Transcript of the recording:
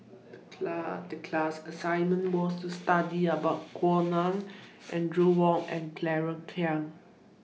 The class assignment was to study about Gao Ning Audrey Wong and Claire Chiang